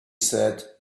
said